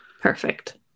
Perfect